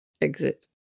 exit